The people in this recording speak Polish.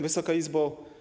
Wysoka Izbo!